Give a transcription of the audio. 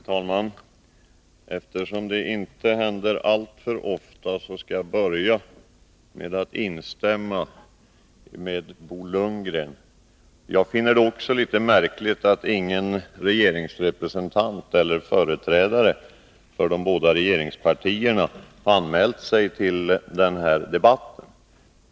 Herr talman! Eftersom det inte händer alltför ofta, skall jag börja med att instämma med Bo Lundgren. Också jag finner det märkligt att ingen regeringsrepresentant eller företrädare för de båda regeringspartierna har anmält sig för att delta i den här debatten.